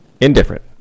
Indifferent